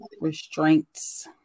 restraints